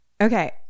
Okay